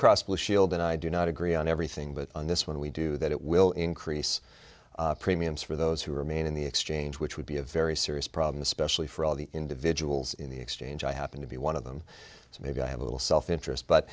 cross blue shield and i do not agree on everything but on this one we do that it will increase premiums for those who remain in the exchange which would be a very serious problem especially for all the individuals in the exchange i happen to be one of them so maybe i have a little self interest but